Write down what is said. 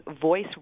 voice